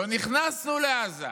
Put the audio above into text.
לא נכנסנו לעזה